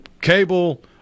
cable